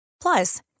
Plus